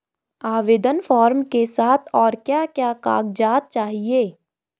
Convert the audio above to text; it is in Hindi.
आवेदन फार्म के साथ और क्या क्या कागज़ात चाहिए?